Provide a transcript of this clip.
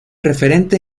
referente